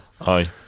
Aye